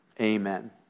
Amen